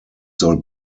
soll